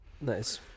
nice